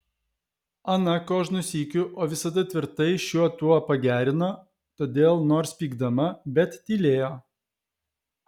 ana kožnu sykiu o visada tvirtai šiuo tuo pagerino todėl nors pykdama bet tylėjo